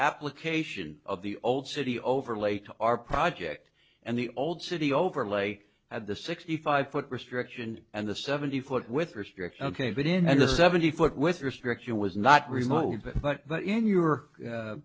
application of the old city overlay to our project and the old city overlay at the sixty five foot restriction and the seventy foot with restrict ok but in the seventy foot with your structure was not removed but in your